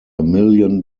million